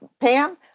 Pam